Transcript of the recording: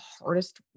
hardest